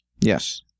Yes